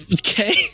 Okay